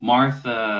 Martha